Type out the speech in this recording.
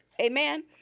Amen